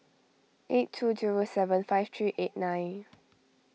eight two zero seven five three eight nine